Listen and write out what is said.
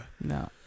no